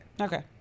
Okay